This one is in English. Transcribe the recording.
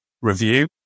review